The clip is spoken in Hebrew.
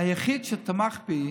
היחיד שתמך בי